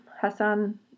Hassan